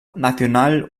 nacional